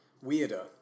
weirder